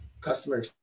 customer